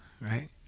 right